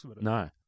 No